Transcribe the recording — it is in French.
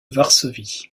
varsovie